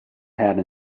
had